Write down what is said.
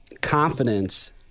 confidence